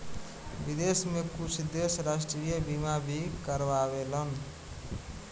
विदेश में कुछ देश राष्ट्रीय बीमा भी कारावेलन